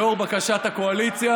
לאור בקשת הקואליציה,